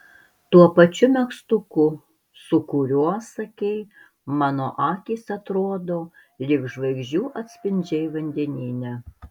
tuo pačiu megztuku su kuriuo sakei mano akys atrodo lyg žvaigždžių atspindžiai vandenyne